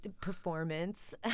performance